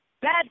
Bad